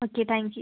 okay thank you